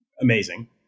amazing